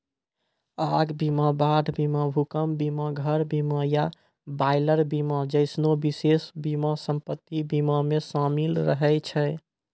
आग बीमा, बाढ़ बीमा, भूकंप बीमा, घर बीमा या बॉयलर बीमा जैसनो विशेष बीमा सम्पति बीमा मे शामिल रहै छै